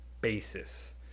basis